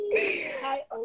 hi